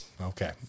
Okay